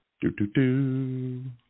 Do-do-do